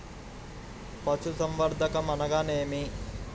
పశుసంవర్ధకం అనగానేమి?